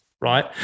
right